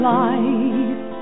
life